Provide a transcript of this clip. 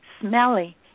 smelly